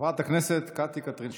חברת הכנסת קטי קטרין שטרית.